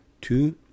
Two